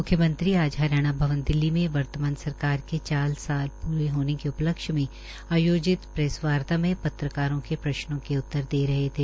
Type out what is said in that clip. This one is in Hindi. म्ख्यमंत्री आज हरियाणा भवन नई दिल्ली में वर्तमान सरकार के चार साल पूरे होने के उपलक्ष्य में आयोजिस प्रैस वार्ता में पत्रकारों के सवालों का जवाब दे रहे थे